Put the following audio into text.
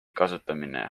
kasutamine